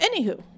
Anywho